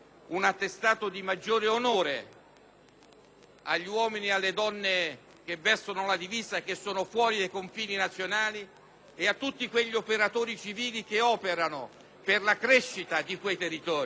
agli uomini e alle donne che vestono la divisa fuori dai confini nazionali e a tutti quegli operatori civili che lavorano per la crescita di quei territori. In estrema sintesi, signor